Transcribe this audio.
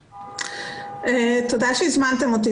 תודה שהזמנתם אותי,